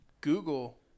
Google